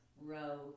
row